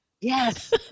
Yes